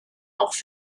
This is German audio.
auch